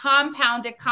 compounded